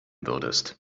würdest